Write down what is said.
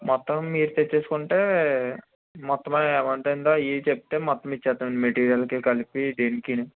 మొత్తం మీరు తెచ్చుకుంటే మొత్తం అమౌంట్ అయిందో అవి ఇవి చెప్తే మొత్తం ఇచ్చేస్తాం అండి మెటీరియల్కి కలిపి దీనికి